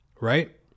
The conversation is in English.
right